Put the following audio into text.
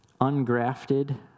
ungrafted